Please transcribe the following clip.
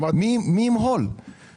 מי ימהל את המדלל?